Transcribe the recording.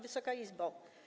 Wysoka Izbo!